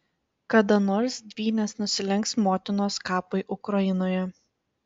kada nors dvynės nusilenks motinos kapui ukrainoje